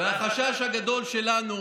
והחשש הגדול שלנו,